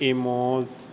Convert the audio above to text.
emoji